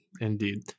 indeed